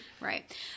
Right